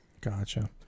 Gotcha